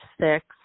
six